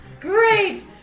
Great